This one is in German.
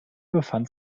befand